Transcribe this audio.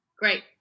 great